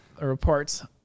reports